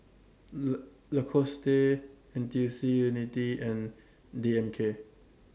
La Lacoste N T U C Unity and D N K